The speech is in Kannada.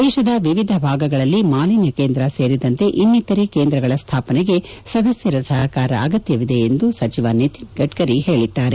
ದೇಶದ ವಿವಿಧ ಭಾಗಗಳಲ್ಲಿ ಮಾಲಿನ್ನ ಕೇಂದ ಸೇರಿದಂತೆ ಇನ್ನಿತರೆ ಕೇಂದ್ರಗಳ ಸ್ಲಾಪನೆಗೆ ಸದಸ್ಯರ ಸಹಕಾರ ಅಗತ್ಯವಿದೆ ಎಂದು ಸಚಿವ ನಿತಿನ್ ಗಡ್ನರಿ ಹೇಳಿದ್ದಾರೆ